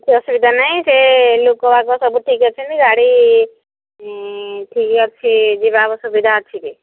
କିଛି ଅସୁବିଧା ନାହିଁ ସେ ଲୋକବାକ ସବୁ ଠିକ୍ ଅଛନ୍ତି ଗାଡ଼ି ଠିକ ଅଛି ଯିବାକୁ ସୁବିଧା ଅଛି କି